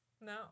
No